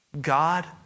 God